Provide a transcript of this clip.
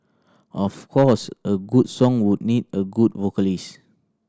of course a good song would need a good vocalist